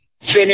finish